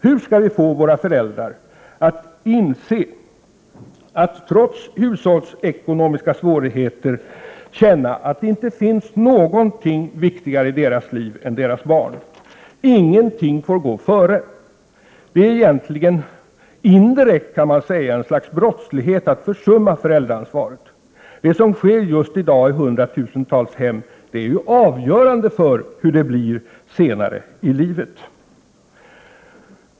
Hur skall vi få föräldrar att inse att det trots hushållsekonomiska svårigheter inte finns någonting viktigare i deras liv än deras barn? Ingenting får gå före. Det är egentligen indirekt ett slags brottslighet att försumma föräldraansvaret. Det som sker just i dag i hundratusentals hem är avgörande för hur det blir senare i livet.